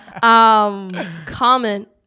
comment